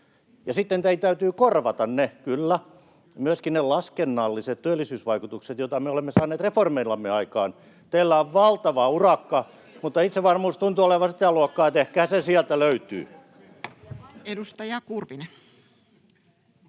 sitten teidän täytyy korvata, kyllä, myöskin ne laskennalliset työllisyysvaikutukset, joita me olemme saaneet reformeillamme aikaan. Teillä on valtava urakka, mutta itsevarmuus tuntuu olevan sitä luokkaa, että ehkä se sieltä löytyy. Edustaja Kurvinen.